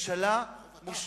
חובתה,